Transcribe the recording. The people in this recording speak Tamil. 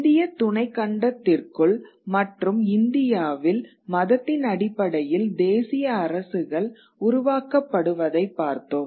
இந்திய துணைக் கண்டத்திற்குள் மற்றும் இந்தியாவில் மதத்தின் அடிப்படையில் தேசிய அரசுகள் உருவாக்கப்படுவதை பார்த்தோம்